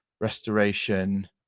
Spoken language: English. restoration